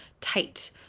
tight